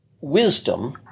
wisdom